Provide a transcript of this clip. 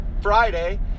Friday